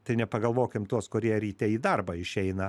tai nepagalvokim tuos kurie ryte į darbą išeina